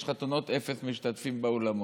יש חתונות, אפס משתתפים באולמות.